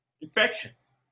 infections